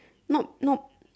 not not